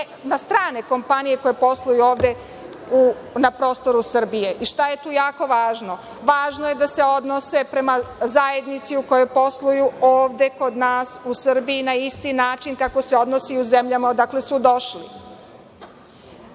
na strane kompanije koje posluju ovde, na prostoru Srbije. Šta je tu jako važno? Važno je da se odnose prema zajednici u kojoj posluju, ovde kod nas u Srbiji, na isti način kako se odnose i u zemljama odakle su došli,